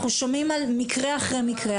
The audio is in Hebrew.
אנחנו שומעים על מקרה אחר מקרה,